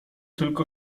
tylko